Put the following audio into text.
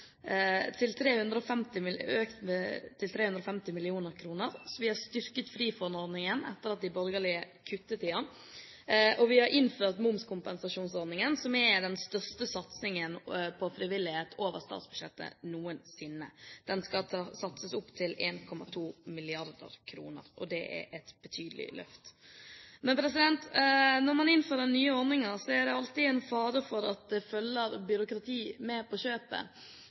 350 mill. kr. Vi har styrket Frifond-ordningen etter at de borgerlige kuttet i den, vi har innført momskompensasjonsordningen, som er den største satsingen på frivillighet over statsbudsjettet noensinne. Den skal trappes opp til 1,2 mrd. kr – et betydelig løft. Når man innfører nye ordninger, er det alltid en fare for at det følger byråkrati med på kjøpet.